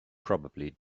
probably